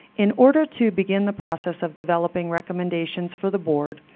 in order to begin the process of developing recommendations for the board,